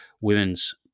women's